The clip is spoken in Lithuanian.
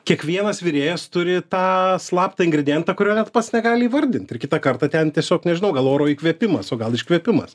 kiekvienas virėjas turi tą slaptą ingredientą kurio net pats negali įvardint ir kitą kartą ten tiesiog nežinau gal oro įkvėpimas o gal iškvėpimas